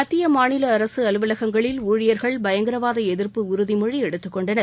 மத்திய மாநில அரசு அலுவலகங்களில் ஊழியர்கள் பயங்கரவாத எதிர்ப்பு உறுதிமொழி எடுத்துக் கொண்டனர்